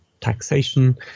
taxation